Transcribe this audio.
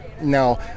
now